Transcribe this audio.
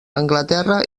anglaterra